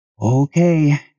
Okay